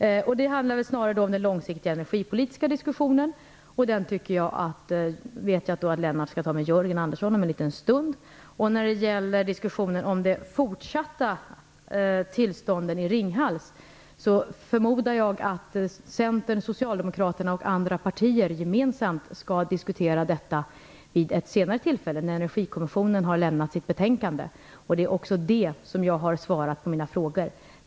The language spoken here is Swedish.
Här handlar det väl snarare om den långsiktiga energipolitiska diskussionen, och den vet jag att Lennart Daléus skall föra med Jörgen Andersson om en liten stund. De fortsatta tillstånden i Ringhals förmodar jag att Centern, Socialdemokraterna och andra partier gemensamt skall diskutera vid ett senare tillfälle när Energikommissionen har lämnat sitt betänkande. Det är också det svar jag har gett på frågorna.